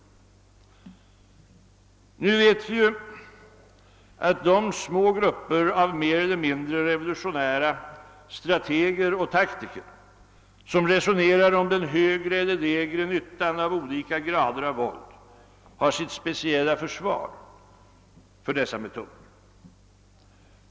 Nu vet vi ju att de små grupper av mer eller mindre revolutionära strateger och taktiker, som resonerar om den högre eller lägre nyttan av olika grader av våld, har sitt speciella försvar för dessa metoder.